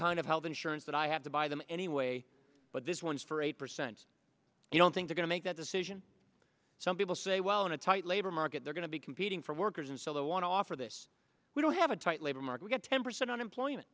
kind of health insurance that i have to buy them anyway but this one's for eight percent you don't think are going to make that decision some people say well in a tight labor market they're going to be competing for workers and so they want to offer this we don't have a tight labor market ten percent unemployment